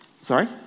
Sorry